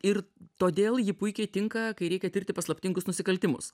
ir todėl ji puikiai tinka kai reikia tirti paslaptingus nusikaltimus